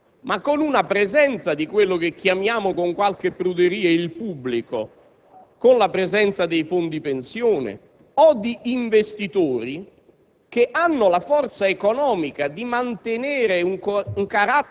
Altre privatizzazioni sono avvenute in Europa, ma con una presenza di quello che chiamiamo, con qualche *pruderie*, «il pubblico», con la presenza dei fondi pensione o di investitori